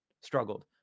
struggled